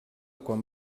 quan